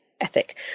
ethic